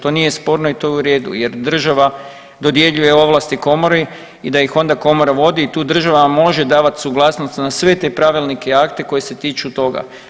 To nije sporno i to je u redu jer država dodjeljuje ovlasti komori i da ih onda komora vodi i tu država može davati suglasnost na sve te pravilnike i akte koji se tiču toga.